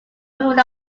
moving